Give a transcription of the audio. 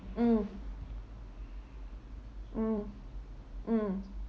mm mm mm